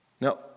Now